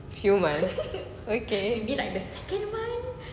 few months okay